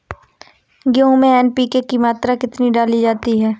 गेहूँ में एन.पी.के की मात्रा कितनी डाली जाती है?